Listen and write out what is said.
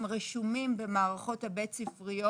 רשומים במערכות הבית-ספריות.